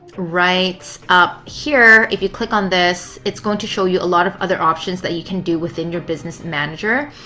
right up here, if you click on this, it's going to show you a lot of other options that you can do within your business manager.